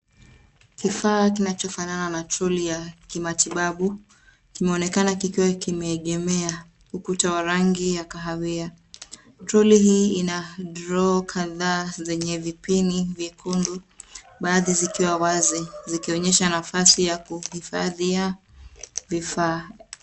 Kifaa kinachofanana na troli ya kimatibabu kimeonekana likiwa limeegemea ukuta wa rangi ya kahawia. Troli hii ina draw kadhaa zenye vipinni vyekundu baadhi zikiwa wazi zikionyesha ya kuhifadhia vifaa.